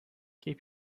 keep